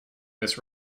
this